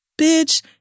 Bitch